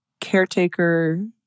caretaker